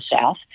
South